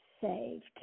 saved